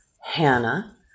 Hannah